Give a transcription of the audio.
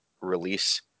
release